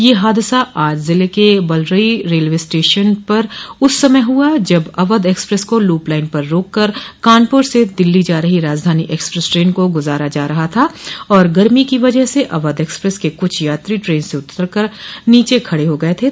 यह हादसा आज जिले के बलरई रेलवे स्टेशन पर उस समय हुआ जब अवध एक्सप्रेस को लूप लाइन पर रोक कर कानपुर से दिल्ली जा रही राजधानी एक्सप्रेस ट्रेन को गुजारा जा रहा था और गर्मी की वजह से अवध एक्सप्रेस के कुछ यात्री ट्रेन से उतर कर नीचे खड़े हो गये थे